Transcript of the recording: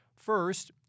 First